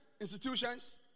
institutions